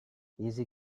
easy